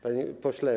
Panie Pośle!